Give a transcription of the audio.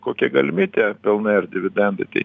kokie galimi tie pelnai ar dividendai tai